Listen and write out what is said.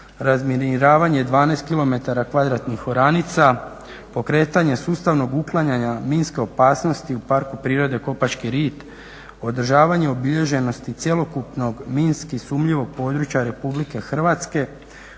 razminiravanje 12 km kvadratnih oranica, pokretanje sustavnog uklanjanja minske opasnosti u parku prirode Kopački rit, održavanju obilježenosti cjelokupnog minski sumnjivog područja RH,